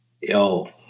yo